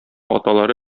аталары